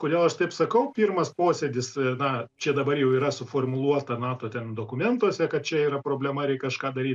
kodėl aš taip sakau pirmas posėdis na čia dabar jau yra suformuluota nato ten dokumentuose kad čia yra problema reik kažką daryt